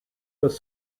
was